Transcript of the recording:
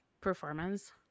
performance